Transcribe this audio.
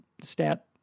stat